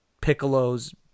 Piccolo's